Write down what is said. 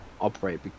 operate